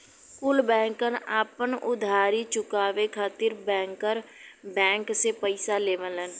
कुल बैंकन आपन उधारी चुकाये खातिर बैंकर बैंक से पइसा लेवलन